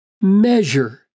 measure